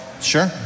Sure